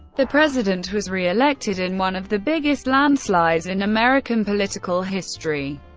the president was re-elected in one of the biggest landslides in american political history.